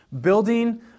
building